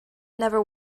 never